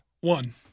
One